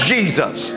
Jesus